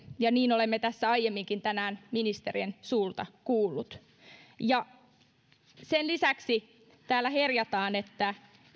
ja niin olemme tässä aiemminkin tänään ministerien suulla kuulleet sen lisäksi täällä herjataan että